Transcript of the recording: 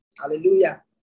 Hallelujah